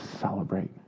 celebrate